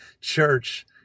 church